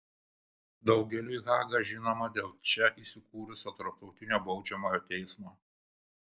daugeliui haga žinoma dėl čia įsikūrusio tarptautinio baudžiamojo teismo